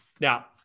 Now